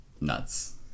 nuts